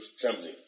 trembling